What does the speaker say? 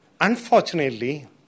Unfortunately